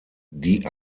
die